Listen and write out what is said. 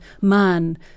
man